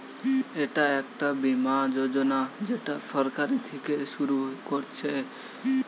এটা একটা বীমা যোজনা যেটা সরকার থিকে শুরু করছে